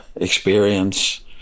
experience